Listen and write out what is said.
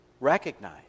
recognize